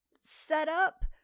setup